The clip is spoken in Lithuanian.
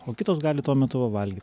o kitos gali tuo metu va valgyti